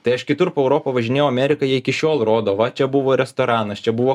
tai aš kitur po europą važinėjau amerikoj jie iki šiol rodo va čia buvo restoranas čia buvo